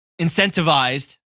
incentivized